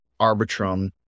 Arbitrum